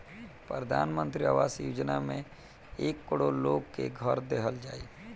प्रधान मंत्री आवास योजना से एक करोड़ लोग के घर देहल जाई